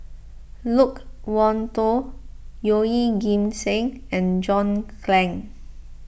Loke Wan Tho Yeoh Ghim Seng and John Clang